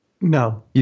No